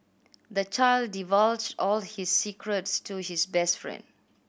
the child divulged all his secrets to his best friend